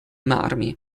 marmi